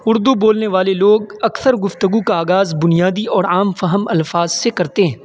اردو بولنے والے لوگ اکثر گفتگو کا آغاز بنیادی اور عام فہم الفاظ سے کرتے ہیں